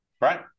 right